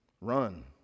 Run